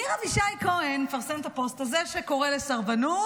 ניר אבישי כהן מפרסם את הפוסט הזה שקורא לסרבנות.